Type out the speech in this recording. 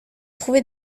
trouver